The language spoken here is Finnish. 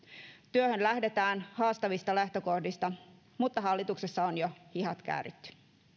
työhön lähdetään haastavista lähtökohdista mutta hallituksessa on jo hihat kääritty